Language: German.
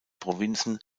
provinzen